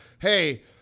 hey